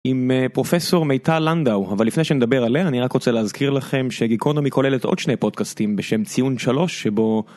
עם פרופסור מיטל לנדאו אבל לפני שנדבר עליה אני רק רוצה להזכיר לכם שגיקונומי כוללת עוד שני פודקאסטים בשם ציון 3 שבו.